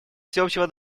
всеобщего